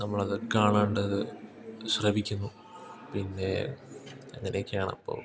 നമ്മളത് കാണാണ്ടത് ശ്രവിക്കുന്നു പിന്നെ അങ്ങനെയൊക്കെയാണ് അപ്പോൾ